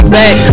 back